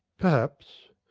perhaps.